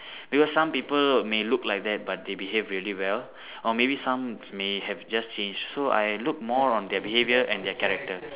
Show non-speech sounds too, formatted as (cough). (breath) because some people may look like that but they behave really well or maybe some may have just changed so I look more on their behaviour and their character